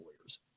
lawyers